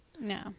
No